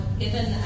given